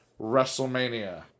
WrestleMania